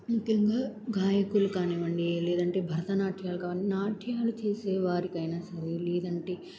ముఖ్యంగా గాయకులు కానివ్వండి లేదంటే భరతనాట్యాలు కా నాట్యాలు చేసేవారికైనా సరే లేదంటే